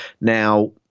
Now